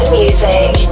music